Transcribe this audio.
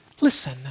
Listen